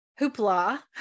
hoopla